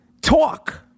talk